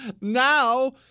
Now